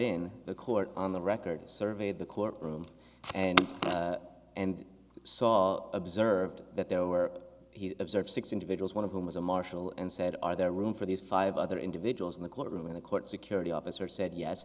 in the court on the record surveyed the court room and and saw observed that there were he observed six individuals one of whom was a marshal and said are there room for these five other individuals in the courtroom and the court security officer said yes